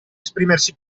esprimersi